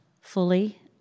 fully